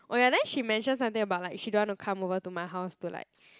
oh ya then she mention something about like she don't want to come over to my house to like